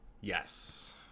Yes